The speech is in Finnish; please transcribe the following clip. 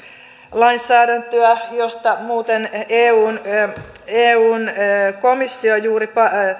lainsäädäntöä josta muuten eun eun komissio juuri